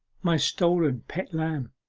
my stolen pet lamb